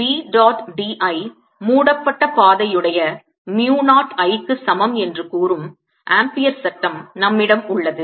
integral B dot dl மூடப்பட்ட பாதை உடைய mu 0 I க்கு சமம் என்று கூறும் ஆம்பியர் சட்டம் நம்மிடம் உள்ளது